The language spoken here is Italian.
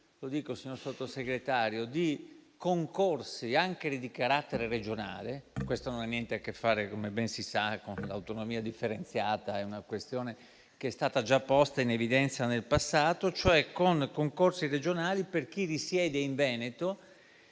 l'ipotesi, signor Sottosegretario, di indire concorsi anche di carattere regionale - questo non ha niente a che fare, come ben si sa, con l'autonomia differenziata, ma è una questione che è stata già posta in evidenza nel passato - per chi risiede in Veneto,